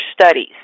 studies